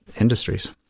industries